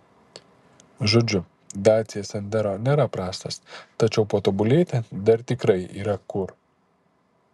žodžiu dacia sandero nėra prastas tačiau patobulėti dar tikrai yra kur